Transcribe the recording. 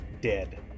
dead